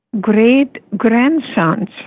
great-grandsons